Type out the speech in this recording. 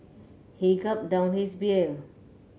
he gulped down his beer